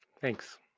Thanks